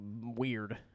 weird